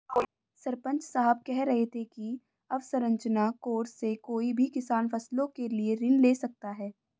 सरपंच साहब कह रहे थे कि अवसंरचना कोर्स से कोई भी किसान फसलों के लिए ऋण ले सकता है